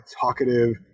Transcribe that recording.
talkative